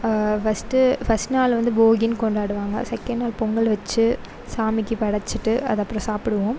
first first நாள் வந்து போகின்னு கொண்டாடுவாங்க செகண்ட் நாள் பொங்கல் வச்சு சாமிக்கு படைச்சிட்டு அதை அப்பறம் சாப்பிடுவோம்